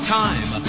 time